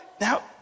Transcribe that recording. Now